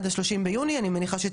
יש הוראת שעה בדרך,